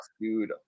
dude